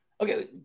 Okay